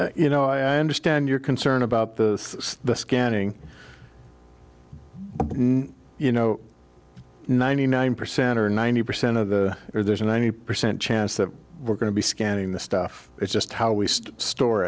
well you know i understand your concern about the scanning you know ninety nine percent or ninety percent of the there's a ninety percent chance that we're going to be scanning the stuff it's just how we store